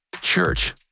church